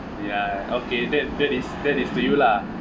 ya okay that that is that is to you lah